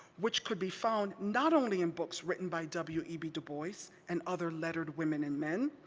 which could be found not only in books written by w e b. du bois and other lettered women and men,